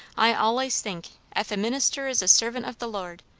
i allays think, ef a minister is a servant of the lord,